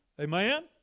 Amen